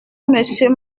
monsieur